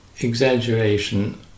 exaggeration